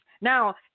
now